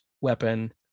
weapon